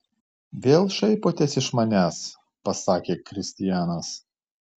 vėl šaipotės iš manęs pasakė kristianas